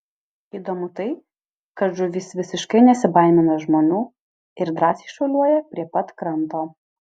įdomu tai kad žuvys visiškai nesibaimina žmonių ir drąsiai šuoliuoja prie pat kranto